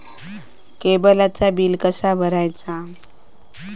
केबलचा बिल कसा भरायचा?